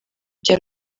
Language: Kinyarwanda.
bya